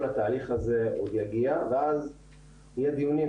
התהליך הזה עוד יגיע ואז יהיו דיונים,